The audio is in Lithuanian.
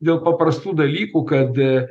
dėl paprastų dalykų kad